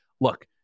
look